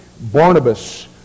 Barnabas